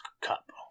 Cup